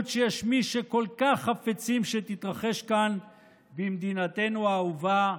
שיש מי שכל כך חפצים שתתרחש כאן במדינתנו האהובה.